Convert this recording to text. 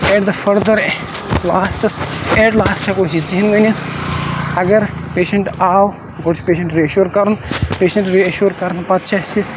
eight the further لاسٹَس at last ہیٚکو أسی یِژٕے ہِن ؤنِتھ اَگَر پیشَنٹ آو گۄڈٕ چھُ پیشَنٹ رِایٚشور کَرُن پیشَنٹ رِایٚشور کَرنہٕ پَتہٕ چھُ اَسہِ